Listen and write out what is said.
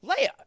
Leia